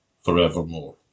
forevermore